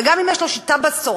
גם אם יש לו שליטה בסוגרים,